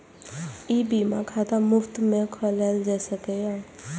ई बीमा खाता मुफ्त मे खोलाएल जा सकैए